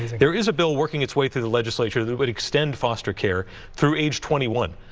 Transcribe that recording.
there's a bill working its way through the legislature that would extend foster care through age twenty one.